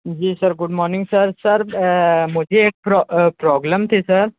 जी sir good morning sir sir मुझे एक प्रा प्रॉब्लम थी सर